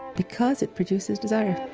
because it produces desire